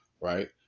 right